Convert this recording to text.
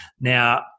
Now